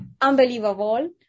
unbelievable